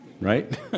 Right